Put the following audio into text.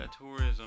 tourism